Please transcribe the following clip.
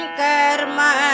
karma